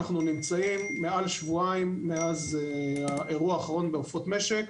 אנחנו נמצאים מעל שבועיים מאז האירוע האחרון בעופות משק.